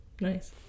Nice